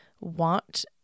want